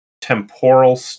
Temporal